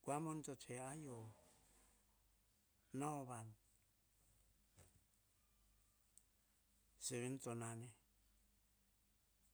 Kua monb to tsue, ayio, nau van. Seven to nane